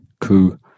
coup